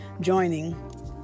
joining